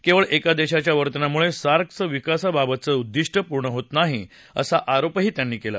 केवळ एका देशाच्या वर्तनामुळे सार्कचं विकासाबाबतचं उद्दिष्ट पूर्ण होत नाही असा आरोपही त्यांनी केला